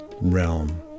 realm